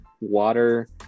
water